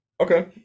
Okay